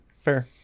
Fair